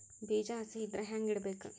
ಬೀಜ ಹಸಿ ಇದ್ರ ಹ್ಯಾಂಗ್ ಇಡಬೇಕು?